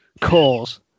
Cause